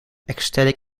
ecstatic